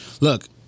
Look